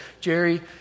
Jerry